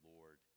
Lord